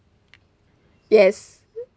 yes